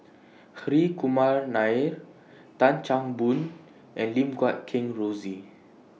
Hri Kumar Nair Tan Chan Boon and Lim Guat Kheng Rosie